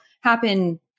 happen